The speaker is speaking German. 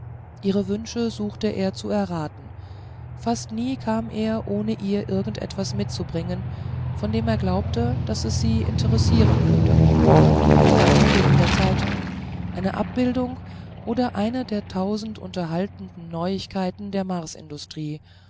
ihre wünsche suchte er zu erraten fast nie kam er ohne ihr irgend etwas mitzubringen von dem er glaubte daß es sie interessieren würde einen artikel in den zeitungen eine abbildung oder eine der tausend unterhaltenden neuigkeiten der